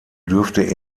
dürfte